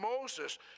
Moses